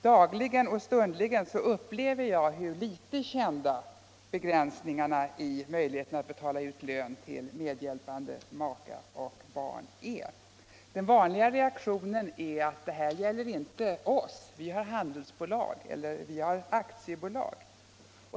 Dagligen och stundligen upplever jag hur litet kända begränsningarna i möjligheten att betala ut lön till medhjälpande make och barn är. Den vanliga reaktionen är: Det här gäller inte oss, vi har handelsbolag eller vi har aktiebolag.